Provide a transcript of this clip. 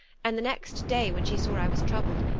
and the next day, when she saw i was troubled,